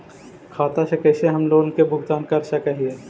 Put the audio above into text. खाता से कैसे हम लोन के भुगतान कर सक हिय?